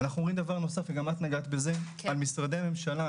אנחנו אומרים דבר נוסף וגם את נגעת בזה על משרדי ממשלה,